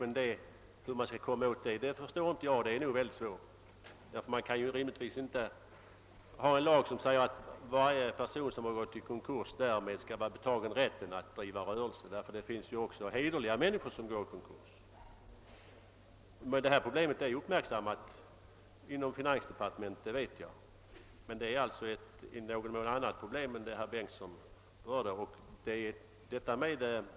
Men hur man skall komma åt det förstår inte jag — det är nog mycket svårt. Man kan inte rimligtvis ha en lag som stadgar att varje person som gått i konkurs därmed skall vara betagen rätten att driva rörelse, ty det finns ju också hederliga människor som går i konkurs. — Jag vet att detta problem är uppmärksammat inom finansdepartementet, men det är i någon mån ett annat problem än det som herr Bengtsson i Landskrona berörde.